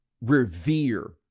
revere